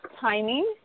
timing